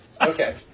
Okay